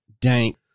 dank